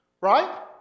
Right